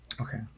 Okay